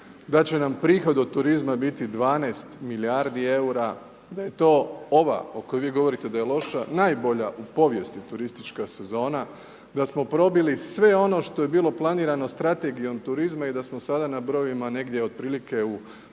da će nam prihod od turizma biti 12 milijardi eura, da je to ova o kojoj vi govorite da je loša, najbolja u povijesti turistička sezona, da smo probili sve ono što je bilo planirano strategijom turizma i da smo sada na brojevima negdje otprilike u